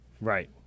Right